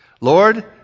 Lord